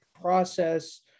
process